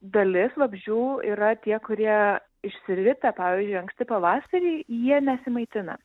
dalis vabzdžių yra tie kurie išsiritę pavyzdžiui anksti pavasarį jie nesimaitina